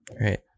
Right